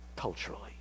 Culturally